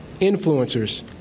influencers